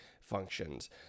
functions